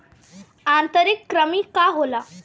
आंतरिक कृमि का होला?